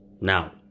now